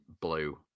Blue